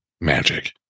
magic